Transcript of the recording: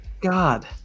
God